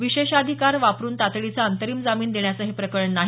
विशेषाधिकार वापरून तातडीचा अंतरिम जामीन देण्याचं हे प्रकरण नाही